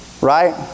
right